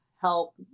help